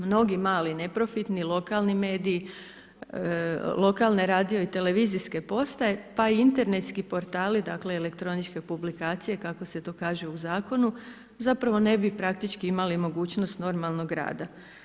Mnogi mali neprofitni, lokalni mediji, lokalne radio i televizijske postaje, pa i internetski portali, dakle elektroničke publikacije kako se to kaže u zakonu zapravo ne bi praktički imali mogućnost normalnog rada.